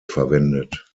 verwendet